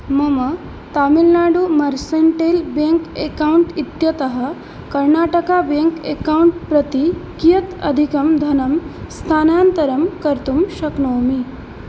मम Tamilnadu mercantile bank account इत्यतः Karnataka bank account प्रति कियत् अधिकं धनं स्थानान्तरं कर्तुं शक्नोमि